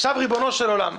עכשיו, ריבונו של עולם,